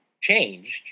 changed